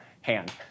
hand